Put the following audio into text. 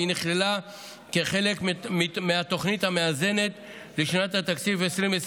והיא נכללה כחלק מהתוכנית המאזנת לשנת התקציב 2024,